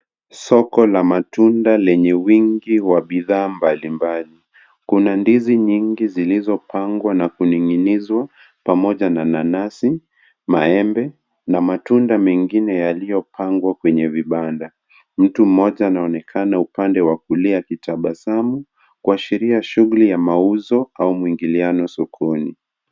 Soko la matunda lenye wingi wa bidhaa mbalimbali. Kuna ndizi nyingi zilizopangwa na kuning'inizwa pamoja na nanasi, maembe na matunda mengine yaliyopangwa kwenye vibanda. Mtu mmoja anaonekana upande wa kulia akitabasamu kuashiria shughuli ya mauzo au muingiliano sokoni.